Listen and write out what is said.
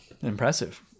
impressive